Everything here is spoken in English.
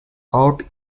out